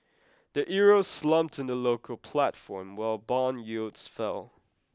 the Euro slumped in the local platform while bond yields fell